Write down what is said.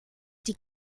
die